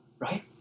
Right